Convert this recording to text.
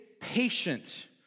patient